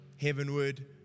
heavenward